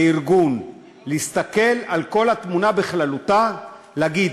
בארגון, להסתכל על התמונה בכללותה, להגיד: